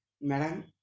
Madam